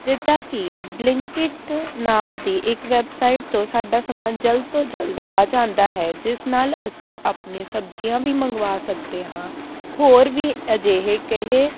ਜਿੱਦਾਂ ਕਿ ਬਲਿੰਕਿਟ ਨਾਮ ਦੀ ਇੱਕ ਵੈੱਬਸਾਈਟ ਤੋਂ ਸਾਡਾ ਸਮਾਨ ਜਲਦ ਤੋਂ ਜਲਦ ਆ ਜਾਂਦਾ ਹੈ ਜਿਸ ਨਾਲ ਅਸੀਂ ਆਪਣੇ ਸਬਜ਼ੀਆਂ ਵੀ ਮੰਗਵਾ ਸਕਦੇ ਹਾਂ ਹੋਰ ਵੀ ਅਜਿਹੇ ਕਹੇ